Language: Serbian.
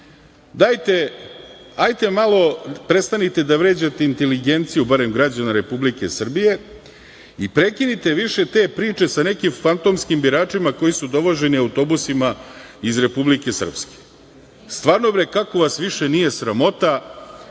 biračima. Hajde malo prestanite da vređate inteligenciju barem građana Republike Srbije i prekinite više te priče sa nekim fantomskim biračima koji su dovoženi autobusima iz Republike Srpske. Stvarno, bre, kako vas više nije sramota?